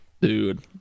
Dude